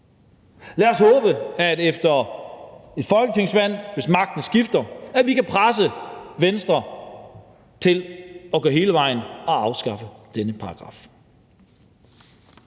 Lad os håbe, at vi efter et folketingsvalg, hvis magten skifter, kan presse Venstre til at gå hele vejen og afskaffe denne paragraf.